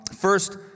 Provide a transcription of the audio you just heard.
first